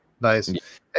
Nice